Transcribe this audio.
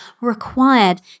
required